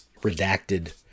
redacted